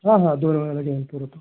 हां हां दोन वेळेला जेवण पुरवतो